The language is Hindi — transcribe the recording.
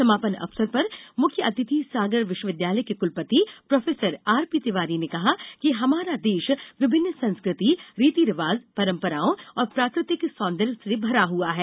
समापन अवसर पर मुख्य अतिथि सागर विश्वविद्यालय के कुलपति प्रोफेसर आरपी तिवारी ने कहा कि हमारा देश विभिन्न संस्कृति रितिरिवाज परंपराओं और प्राकृतिक सौंदर्य से भरा है